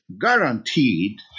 guaranteed